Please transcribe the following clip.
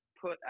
put